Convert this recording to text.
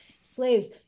slaves